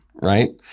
Right